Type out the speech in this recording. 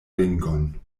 ringon